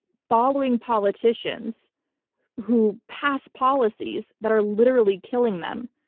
following politicians who pass policies that are literally killing them?